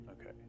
Okay